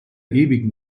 ewigen